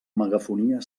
megafonia